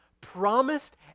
promised